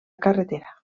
carretera